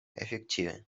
efektive